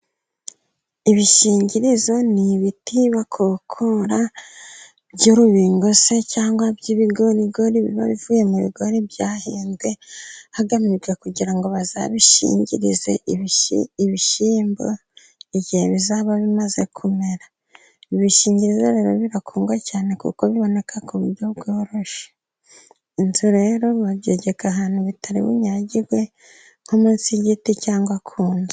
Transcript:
Ibishingirizo ni ibiti bakokora by'urubingo se ,cyangwa by'ibigorigori biba bivuye mu bigori byahinzwe ,hagamijwe kugira ngo bazabishingirize ibishyimbo igihe bizaba bimaze kumera, ibishingirizo rero birakundwa cyane kuko biboneka ku buryo bworoshye, inzu rero babyegeka ahantu bitari bunyagirwe nko munsi y'igiti cyangwa ku nzu.